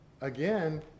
again